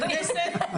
זאת הכנסת,